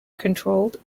controlled